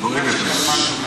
דואגת לילדים.